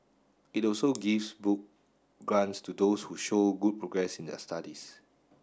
it also gives book grants to those who show good progress in their studies